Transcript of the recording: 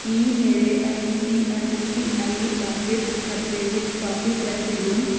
ਕੀ ਮੇਰੇ I C I C I pockets ਖਾਤੇ ਵਿੱਚ ਕਾਫ਼ੀ ਪੈਸੇ ਹਨ